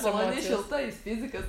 maloni šilta jis fizikas